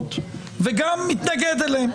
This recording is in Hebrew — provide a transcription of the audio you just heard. האלימות וגם מתנגדים אליהם.